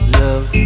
love